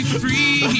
free